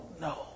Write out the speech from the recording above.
no